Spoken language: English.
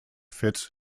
fitz